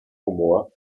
humor